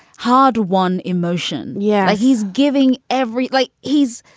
hard won emotion. yeah. he's giving every. like he's.